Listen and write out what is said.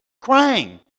crying